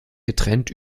getrennt